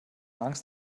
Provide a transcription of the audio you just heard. angst